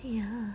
ya